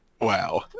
wow